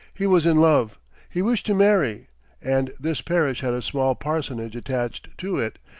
he was in love he wished to marry and this parish had a small parsonage attached to it,